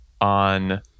on